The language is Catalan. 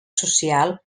social